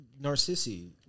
narcissi